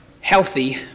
healthy